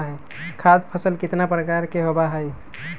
खाद्य फसल कितना प्रकार के होबा हई?